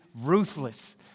ruthless